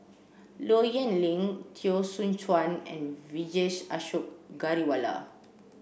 Low Yen Ling Teo Soon Chuan and Vijesh Ashok Ghariwala